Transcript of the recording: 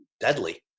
deadly